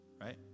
right